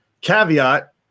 Caveat